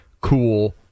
cool